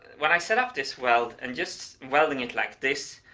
when i set up this weld, and just welding it like this,